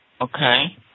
Okay